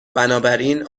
بنابراین